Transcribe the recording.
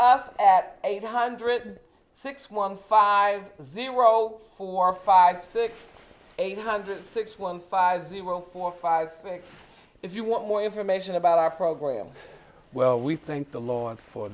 at eight hundred six one five zero four five six eight hundred six one five zero four five six if you want more information about our program well we thank the lord for